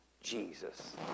Jesus